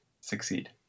succeed